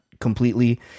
completely